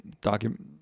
Document